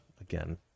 again